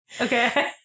Okay